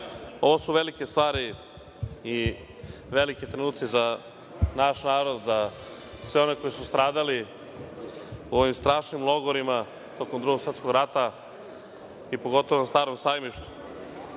ovo su velike stvari i veliki trenuci za naš narod, za sve one koji su stradali u ovim strašnim logorima tokom Drugog svetskog rata i pogotovo na Starom sajmištu. Neki